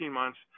months